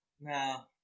No